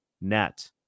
net